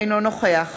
אינו נוכח